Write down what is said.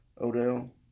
Odell